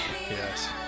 Yes